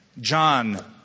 John